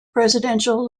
presidential